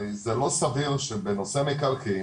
הרי זה לא סביר שבנושא מקרקעין